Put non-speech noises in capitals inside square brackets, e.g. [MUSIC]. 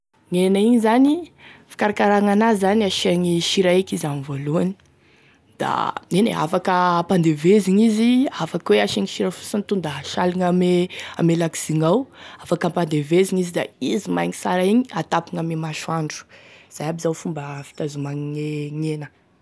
Gn'hena igny zany fikarakarana an'azy asiagny sira eky izy ame volohany da [HESITATION] eny e afaky ampandevezigny izy afaka hoe asiagny sira fosiny tonda asaligny ame lakozy gnao, afaka ampanevezigny da izy maigny sara igny da atapigny ame masoandro zay aby zao fomba hitazomagny gne gne hena.